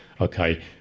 okay